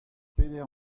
peder